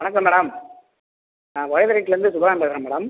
வணக்கம் மேடம் நான் வீட்டிலேருந்து துவரன் பேசுகிறேன் மேடம்